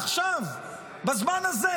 עכשיו בזמן הזה,